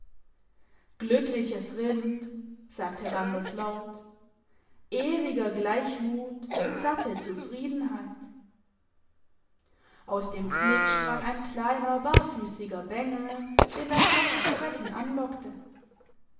glückliches rind sagte randers laut ewiger gleichmut satte zufriedenheit aus dem knick sprang ein kleiner barfüssiger bengel den das laute sprechen anlockte